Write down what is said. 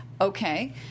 Okay